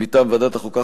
מטעם ועדת החוקה,